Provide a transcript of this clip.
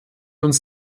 uns